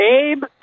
Abe